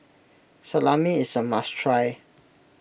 Salami is a must try